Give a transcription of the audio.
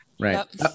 Right